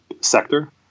sector